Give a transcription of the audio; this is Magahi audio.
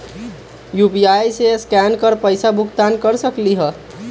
यू.पी.आई से स्केन कर पईसा भुगतान कर सकलीहल?